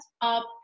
up